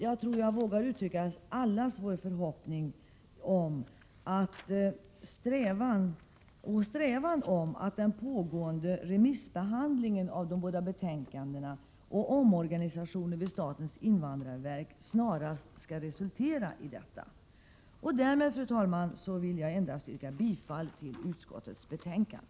Jag tror jag vågar uttrycka att allas vår förhoppning och strävan givetvis är att pågående remissbehandling av de båda betänkandena och omorganisationen vid statens invandrarverk snarast skall resultera i detta. Fru talman! Därmed vill jag endast yrka bifall till hemställan i utskottets betänkande.